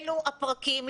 אלו הפרקים,